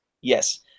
yes